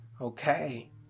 Okay